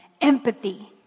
empathy